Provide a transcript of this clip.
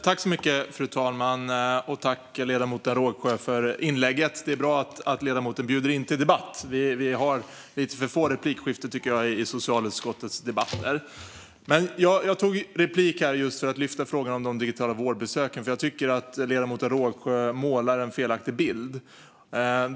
Fru talman! Jag tackar ledamoten Rågsjö för anförandet. Det är bra att ledamoten bjuder in till debatt. Vi har lite för få replikskiften i socialutskottets debatter, tycker jag. Jag tog replik för att lyfta upp frågan om de digitala vårdbesöken, för jag tycker att ledamoten Rågsjö målar upp en felaktig bild.